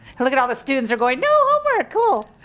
and look at all the students going no homework cool!